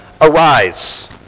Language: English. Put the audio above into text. arise